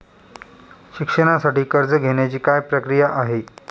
शिक्षणासाठी कर्ज घेण्याची काय प्रक्रिया आहे?